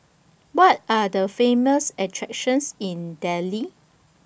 What Are The Famous attractions in Dili